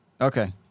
Okay